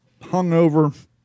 hungover